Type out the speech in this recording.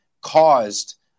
caused